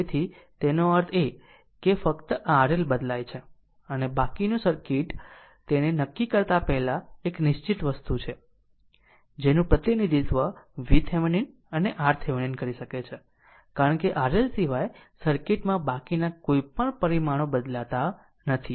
તેથી તેનો અર્થ એ છે કે ફક્ત RL બદલાય છે અને બાકીનું સર્કિટ તેને નક્કી કરતા પહેલા એક નિશ્ચિત વસ્તુ છે જેનું પ્રતિનિધિત્વ VThevenin અને RThevenin કરી શકે છે કારણ કે RL સિવાય સર્કિટ માં બાકીના કોઈપણ પરિમાણો બદલાતા નથી